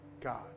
God